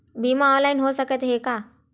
बीमा ऑनलाइन हो सकत हे का?